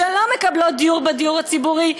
שלא מקבלות דיור בדיור הציבורי,